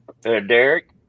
Derek